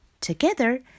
Together